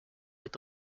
est